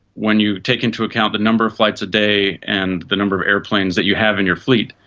when you take into account the number of flights a day and the number of aeroplanes that you have in your fleet,